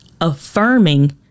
affirming